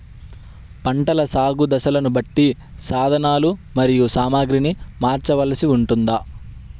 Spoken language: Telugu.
పంటల సాగు దశలను బట్టి సాధనలు మరియు సామాగ్రిని మార్చవలసి ఉంటుందా?